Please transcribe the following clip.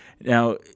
Now